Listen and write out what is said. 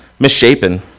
misshapen